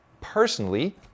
personally